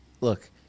look